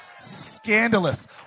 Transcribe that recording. Scandalous